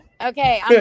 Okay